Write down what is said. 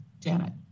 Janet